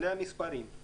אלה המספרים.